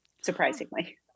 surprisingly